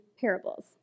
parables